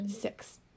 six